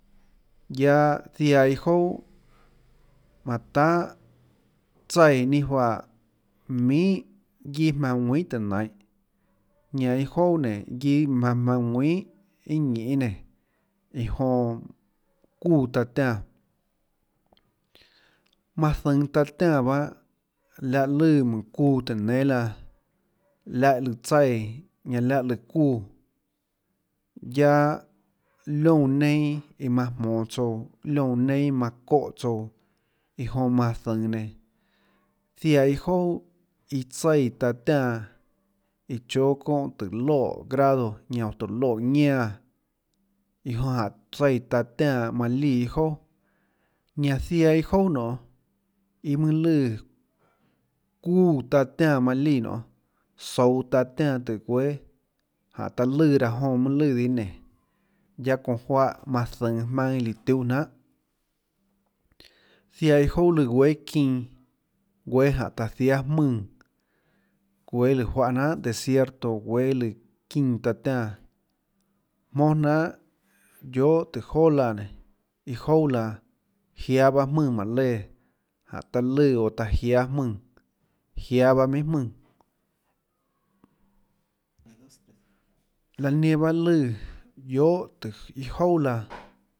Guiaâ ziaã iâ jouà manã tahà tsaíã ninâ juáhã minhà guiâ jmaønã ðuinhà tùhå nainhå ñanã iâ jouà nénå guiâ jmaønã jmaønã nguinhà iâ ñinê nénå iã jonã çuúã taã tiánã manã zønå taã tiánã bahâ láhã lùã mønã çuuã tùhå nénâ laã láhã lùã tsaíã ñanã láhã lùã çuúã guiaâ liónã neinâ iã manã jmonå tsouã liónã neinâ iã manã çóhã tsouã iã jonã manã zønå nenã ziaã iâ jouà iã tsaíã taã tiánã iã chóâ çóhã tùhå loè grado ñanã oå tùhå loè ñánã iã jonã jáhå tsaíã taã tiánã manã líã iâ jonà ñanã ziaã iâ jouà nionê iâ mønâ lùã çuúã taã tiánã manã líã nionê souå taã tiánã tùhå guéâ jáhå taã lùã raã jonã mønâ lùã dihâ nénå guiaâ çounã juáhã manã zønå maønâ iã lùã tiuhâ jnanhà ziaã iâ jouà lùã guéã çinã guéã jáhå taã jiáâ jmùnã guéâ lùã juáhã jnanhà desierto guéâ lùã çinã taã tiánã jmónà jnanhà guiohà tùhå joà laã nénå iâ jouà laã jiáâ bahâ jmùnã mánhå léã jáhå taã lùã oã taã jiáâ jmùnã jiáâ bahâ minhà jmùnã laã nenã bahâ lùã guiohà tùhå iâ jouà laã ziaã iâ jouà lùã.